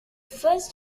first